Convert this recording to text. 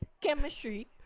chemistry